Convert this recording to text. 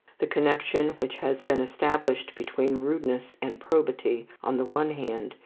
the connection which has been established between rudeness and probity on the one hand,